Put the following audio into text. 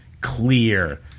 clear